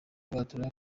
bwana